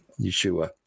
Yeshua